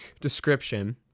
description